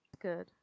Good